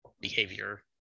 behavior